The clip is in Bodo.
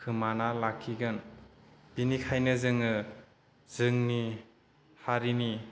खोमाना लाखिगोन बिनिखायनो जोङो जोंनि हारिनि